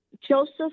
Joseph